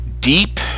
deep